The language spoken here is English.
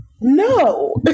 No